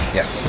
yes